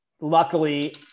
Luckily